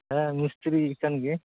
ᱦᱮᱸ ᱢᱤᱥᱛᱨᱤ ᱠᱟᱱ ᱜᱤᱭᱟᱹᱧ